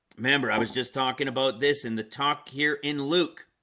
remember i was just talking about this in the talk here in luke